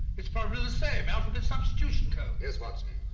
it's partly the same, alphabet substitution code. yes, watson.